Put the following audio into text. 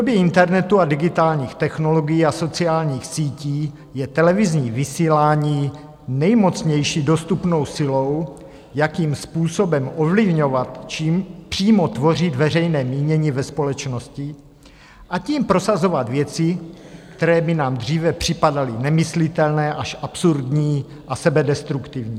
I v době internetu a digitálních technologií a sociálních sítí je televizní vysílání nejmocnější dostupnou silou, jakým způsobem ovlivňovat, či přímo tvořit veřejné mínění ve společnosti, a tím prosazovat věci, které by nám dříve připadaly nemyslitelné až absurdní a sebedestruktivní.